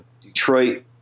Detroit